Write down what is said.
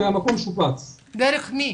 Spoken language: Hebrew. דרך מי?